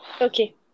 Okay